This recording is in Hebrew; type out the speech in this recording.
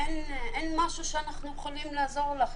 אין משהו שאנחנו יכולים לעזור לך,